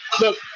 Look